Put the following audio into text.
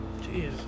Jeez